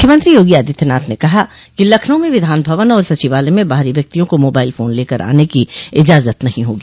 मूख्यमंत्री योगी आदित्यनाथ ने कहा है कि लखनऊ में विधानभवन और सचिवालय में बाहरी व्यक्तियों को मोबाइल फोन लेकर आने की इजाजत नहीं होगी